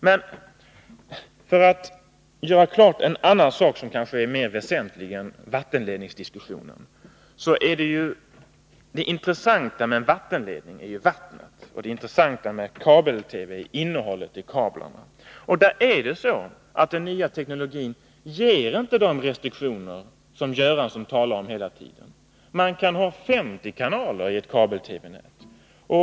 Men för att klargöra en annan sak, som kanske är mer väsentlig än vattenledningsdiskussionen, vill jag säga att det intressanta med en vattenledning är ju vattnet, och det intressanta med kabel-TV är innehållet i kablarna. Och den nya tekniken ger inte de restriktioner som herr Göransson talar om hela tiden. Man kan ha 50 kanaleri ett kabel-TV-nät.